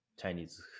Chinese